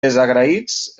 desagraïts